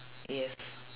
yes